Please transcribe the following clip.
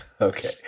Okay